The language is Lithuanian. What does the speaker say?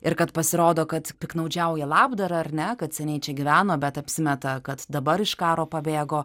ir kad pasirodo kad piktnaudžiauja labdara ar ne kad seniai čia gyveno bet apsimeta kad dabar iš karo pabėgo